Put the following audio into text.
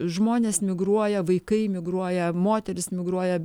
žmonės migruoja vaikai migruoja moterys migruoja